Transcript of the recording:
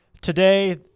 today